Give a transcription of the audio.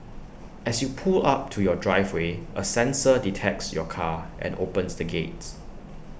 as you pull up to your driveway A sensor detects your car and opens the gates